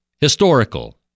historical